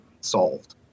solved